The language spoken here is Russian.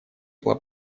было